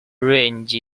range